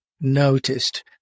noticed